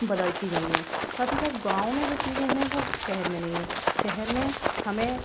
बदल सी गई हैं साथ ही साथ गाँव में जो चीज़ें हैं वो शहर में नहीं हैं शहर में हमें